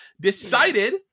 decided